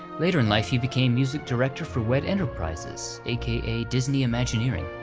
later in life he became music director for wed enterprises, aka disney imagineering,